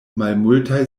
malmultaj